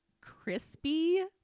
crispy